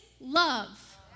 love